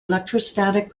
electrostatic